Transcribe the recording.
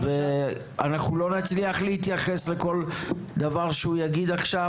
אנחנו לא נצליח להתייחס לכל דבר שהוא יגיד עכשיו,